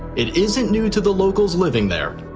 it isn't new to the locals living there.